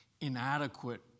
inadequate